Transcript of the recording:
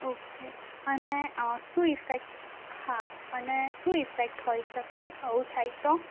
okay અને શું effect હા અને શું ઇફેક્ટ હોઈ શકે આવું થાય તો